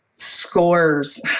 Scores